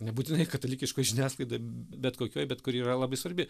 nebūtinai katalikiškoj žiniasklaidoj bet kokioj bet kuri yra labai svarbi